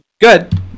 good